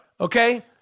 okay